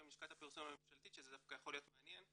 עם לשכת הפרסום הממשלתית שזה דווקא יכול להיות מעניין,